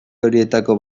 horietako